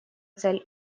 цель